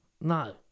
No